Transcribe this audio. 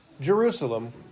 Jerusalem